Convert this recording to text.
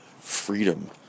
freedom